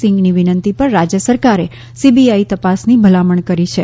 સિંઘની વિનંતી પર રાજ્ય સરકારે સીબીઆઈ તપાસની ભલામણ કરી છે